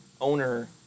owner